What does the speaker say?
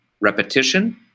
Repetition